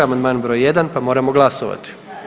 Amandman broj 1 pa moramo glasovati.